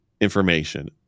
information